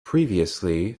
previously